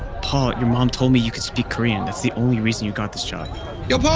paul, your mom told me you could speak korean. that's the only reason you got this job yo,